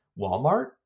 Walmart